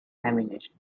ammunition